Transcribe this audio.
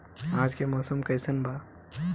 आज के मौसम कइसन बा?